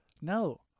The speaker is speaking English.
No